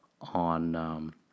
on